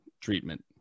treatment